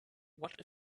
what